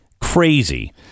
Crazy